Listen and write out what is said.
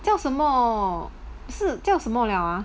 叫什么是叫什么了啊